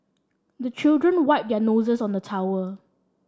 the children wipe their noses on the towel